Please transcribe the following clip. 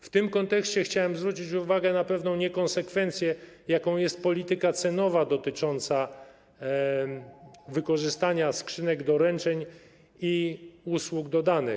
W tym kontekście chciałem zwrócić uwagę na pewną niekonsekwencję, z jaką wiąże się polityka cenowa dotycząca wykorzystania skrzynek doręczeń i usług dodanych.